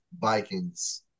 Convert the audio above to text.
Vikings